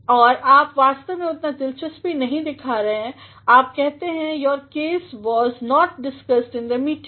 और आप वास्तव में उतना दिलचस्पी नहीं दिखा रहे हैं आप कहते हैंयोर case was not discussed in the meeting